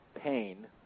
pain